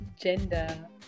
gender